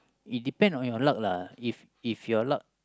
it depend on your luck lah if if your luck